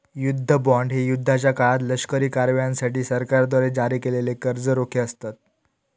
युद्ध बॉण्ड हे युद्धाच्या काळात लष्करी कारवायांसाठी सरकारद्वारे जारी केलेले कर्ज रोखे असतत